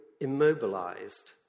immobilized